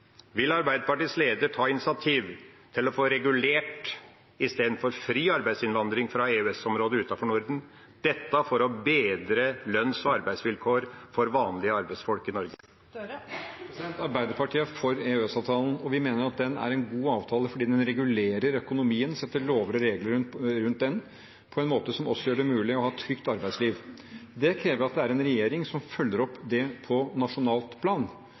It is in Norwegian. Vil Arbeiderpartiets leder ta initiativ til å få regulert den frie arbeidsinnvandringen fra EØS-området utenfor Norden for å bedre lønns- og arbeidsvilkår for vanlige arbeidsfolk i Norge? Arbeiderpartiet er for EØS-avtalen, og vi mener at den er en god avtale fordi den regulerer økonomien og setter lover og regler rundt den på en måte som også gjør det mulig å ha et trygt arbeidsliv. Det krever en regjering som følger opp på nasjonalt plan,